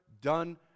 done